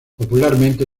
popularmente